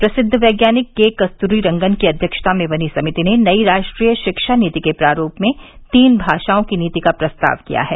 प्रसिद्व वैज्ञानिक के कस्तूरीरंगन की अध्यक्षता में बनी समिति ने नई राष्ट्रीय शिक्षा नीति के प्रारूप में तीन भाषाओं की नीति का प्रस्ताव किया है